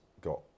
got